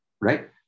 right